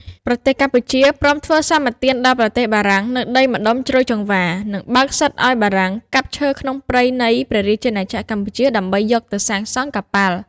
ប្រទេសកម្ពុជាព្រមធ្វើសម្បទានដល់ប្រទេសបារាំងនូវដីម្ដុំជ្រោយចង្វារ និងបើកសិទ្ធិឱ្យបារាំងកាប់ឈើក្នុងព្រៃនៃព្រះរាជាណាចក្រកម្ពុជាដើម្បីយកទៅសាងសង់កប៉ាល់។